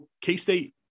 K-State